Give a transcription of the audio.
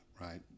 right